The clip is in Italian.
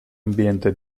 ambiente